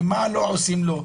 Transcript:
ומה לא עושים לו,